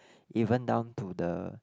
even down to the